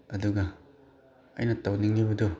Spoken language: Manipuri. ꯑꯗꯨꯒ ꯑꯩꯅ ꯇꯧꯅꯤꯡꯏꯕꯗꯨ